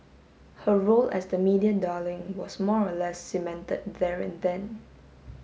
her role as the media darling was more or less cemented there and then